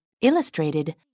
Illustrated